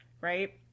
right